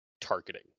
Targeting